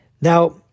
Now